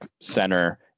center